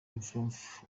inhofe